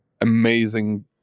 amazing